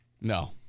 No